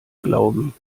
glauben